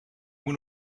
moet